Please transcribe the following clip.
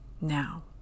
Now